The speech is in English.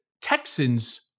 Texans